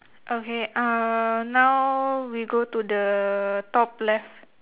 okay uh now we go to the top left